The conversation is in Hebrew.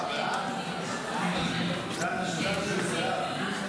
ההצעה להעביר את